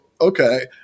okay